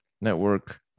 network